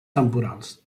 temporals